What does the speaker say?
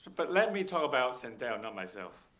but let me talk about sandel, not myself.